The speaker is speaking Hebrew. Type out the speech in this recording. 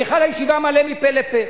היכל הישיבה מלא מפה לפה,